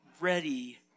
ready